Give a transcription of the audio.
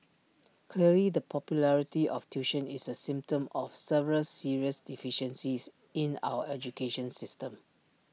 clearly the popularity of tuition is A symptom of several serious deficiencies in our education system